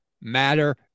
matter